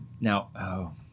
Now